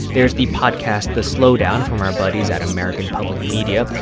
there's the podcast the slowdown from our buddies at american public media.